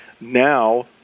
Now